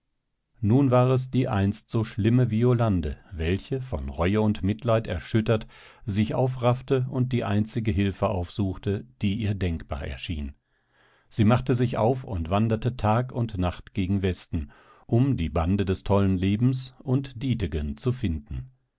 nun war es die einst so schlimme violande welche von reue und mitleid erschüttert sich aufraffte und die einzige hilfe aufsuchte die ihr denkbar schien sie machte sich auf und wanderte tag und nacht gegen westen um die bande des tollen lebens und dietegen zu finden